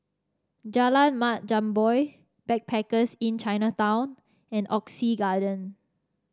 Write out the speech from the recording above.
Jalan Mat Jambol Backpackers Inn Chinatown and Oxley Garden